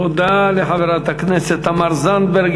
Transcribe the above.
תודה לחברת הכנסת תמר זנדברג.